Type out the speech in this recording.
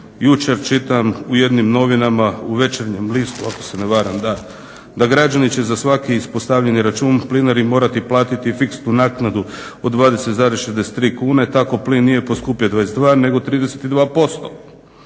Jučer čitam u jednim novinama, u "Večernjem listu" ako se ne varam, da građani će za svaki ispostavljeni račun plinari morati platiti fiksnu naknadu od 20,63 kune. Tako plin nije poskupio 22 nego 32%.